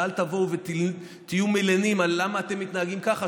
ואל תבואו ותהיו מלינים: למה אתם מתנהגים ככה,